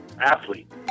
Athlete